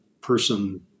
person